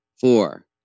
Four